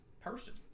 person